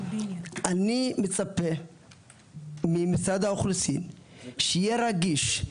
אני מצפה ממשרד האוכלוסין שיהיה רגיש,